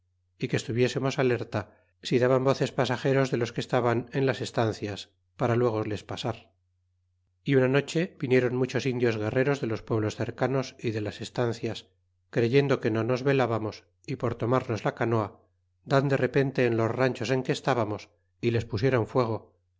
y que estuviesemos alerta si daban voces pasageros de los que estaban en las estancias para luego les pasar y una noche vinieron muchos indios guerreros de los pueblos cercanos y de las estancias creyendo que no nos velábamos e por tomarnos la canoa dan de repente en los ranchos en que estábamos y les pusieron fuego